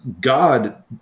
God